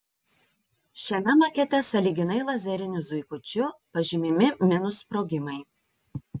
šiame makete sąlyginai lazeriniu zuikučiu pažymimi minų sprogimai